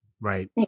Right